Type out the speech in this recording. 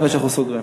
לפני שאנחנו סוגרים.